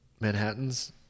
Manhattan's